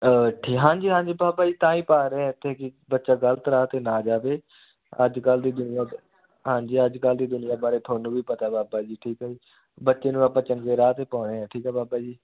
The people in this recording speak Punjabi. ਠੀ ਹਾਂਜੀ ਹਾਂਜੀ ਬਾਬਾ ਜੀ ਤਾਂ ਹੀ ਪਾ ਰਹੇ ਇੱਥੇ ਕਿ ਬੱਚਾ ਗਲਤ ਰਾਹ 'ਤੇ ਨਾ ਜਾਵੇ ਅੱਜ ਕੱਲ੍ਹ ਦੀ ਦੁਨੀਆ ਹਾਂਜੀ ਅੱਜ ਕੱਲ੍ਹ ਦੀ ਦੁਨੀਆ ਬਾਰੇ ਤੁਹਾਨੂੰ ਵੀ ਪਤਾ ਬਾਬਾ ਜੀ ਠੀਕ ਹੈ ਜੀ ਬੱਚੇ ਨੂੰ ਆਪਾਂ ਚੰਗੇ ਰਾਹ 'ਤੇ ਪਾਉਂਦੇ ਹਾਂ ਠੀਕ ਆ ਬਾਬਾ ਜੀ